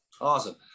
Awesome